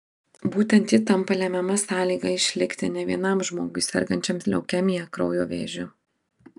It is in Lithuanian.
būtent ji tampa lemiama sąlyga išlikti ne vienam žmogui sergančiam leukemija kraujo vėžiu